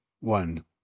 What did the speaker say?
one